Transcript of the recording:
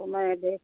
तो मैं देख